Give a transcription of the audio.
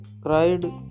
cried